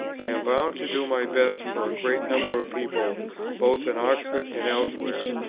i am bound to do my best for a great number of people both in oxford and elsewhere.